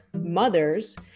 mothers